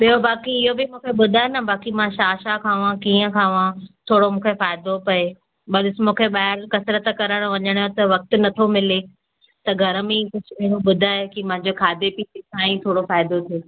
ॿियो बाक़ी इहो बि मूंखे ॿुधाए न बाक़ी मां छा छा खावां कीअं खावां थोरो मूंखे फ़ाइदो पए भई ॾिसु मूंखे ॿाहिरी कसरत करणु वञणु त वक़्तु नथो मिले त घर में ई कुझु अहिड़ो ॿुधाए की मुंहिंजो खाधे पीते सां ई थोरो फ़ाइदो थिए